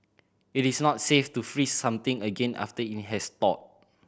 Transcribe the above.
it is not safe to freeze something again after it has thawed